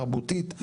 תרבותית,